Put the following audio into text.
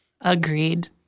Agreed